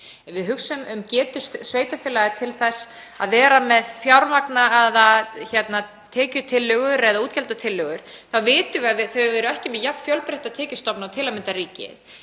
ef við hugsum um getu sveitarfélaga til þess að vera með fjármagnaðar tekju- eða útgjaldatillögur, þá vitum við að þau eru ekki með jafn fjölbreytta tekjustofna og til að mynda ríkið.